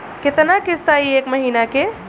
कितना किस्त आई एक महीना के?